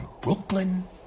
Brooklyn